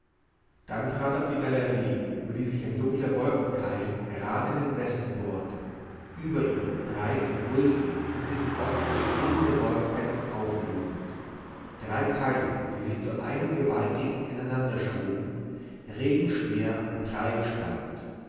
dann trat er auf die galerie über die sich ein dunkler wolkenkeil gerade in den westen bohrte über ihm breit und wulstig und sich im osten in fliegende wolkenfetzen auflösend drei keile die sich zu einem gewaltigen ineinander schoben regenschwer und